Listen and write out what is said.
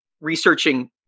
researching